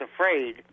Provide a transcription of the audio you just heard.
afraid